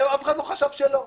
אף אחד לא חשב שלא.